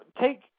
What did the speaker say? take